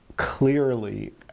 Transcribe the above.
Clearly